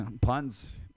Puns